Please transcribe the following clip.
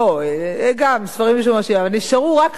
ספרים משומשים, אבל, נשארו רק 55 בארץ,